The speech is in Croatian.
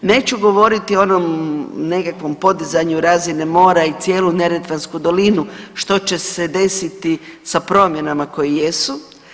Neću govoriti o onom nekakvom podizanju razine mora i cijelu Neretvansku dolinu što će se desiti sa promjenama koje jesu.